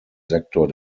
sektor